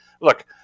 Look